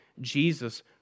Jesus